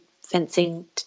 fencing